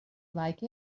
like